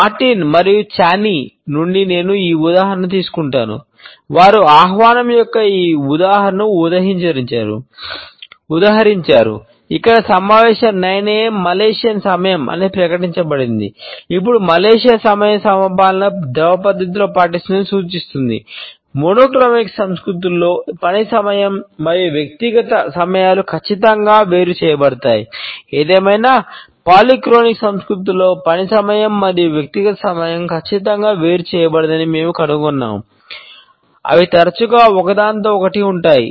Martin సంస్కృతులలో పని సమయం మరియు వ్యక్తిగత సమయం ఖచ్చితంగా వేరు చేయబడలేదని మేము కనుగొన్నాము అవి తరచుగా ఒకదానితో ఒకటి ఉంటాయి